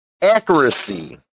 Accuracy